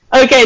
Okay